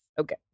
Okay